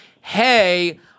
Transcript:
hey